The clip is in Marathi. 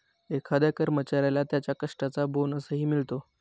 एखाद्या कर्मचाऱ्याला त्याच्या कष्टाचा बोनसही मिळतो